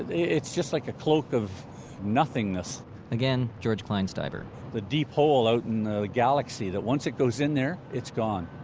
it's just like a cloak of nothingness again, george kleinsteiber the deep hole out in the galaxy that once it goes in there it's gone.